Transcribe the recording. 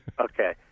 Okay